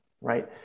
right